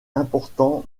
important